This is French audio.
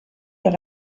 dans